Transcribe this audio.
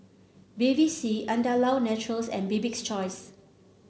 Bevy C Andalou Naturals and Bibik's Choice